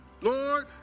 Lord